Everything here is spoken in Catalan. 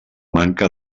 manca